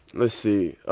let's see.